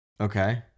Okay